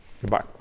Goodbye